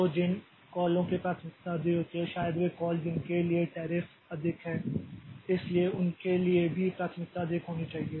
तो जिन कॉलों की प्राथमिकता अधिक होती है शायद वे कॉल जिनके लिए टैरिफ अधिक हैं इसलिए उनके लिए भी प्राथमिकता अधिक होनी चाहिए